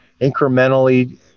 incrementally